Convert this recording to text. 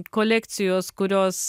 kolekcijos kurios